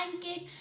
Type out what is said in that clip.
blanket